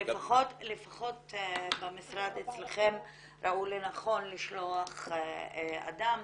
לפחות במשרד אצלכם ראו לנכון לשלוח אדם,